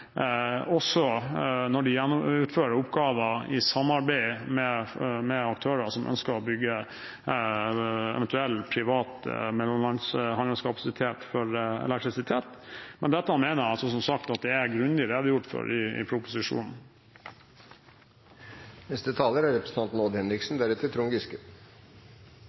også når de gjennomfører oppgaver i samarbeid med aktører som ønsker å bygge eventuell privat mellomlands handelskapasitet for elektrisitet. Men dette mener jeg som sagt at det er grundig redegjort for i proposisjonen. Jeg kunne selvfølgelig ha sagt at jeg er